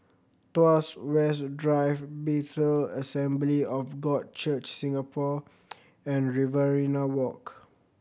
Tuas West Drive Bethel Assembly of God Church Singapore and Riverina Walk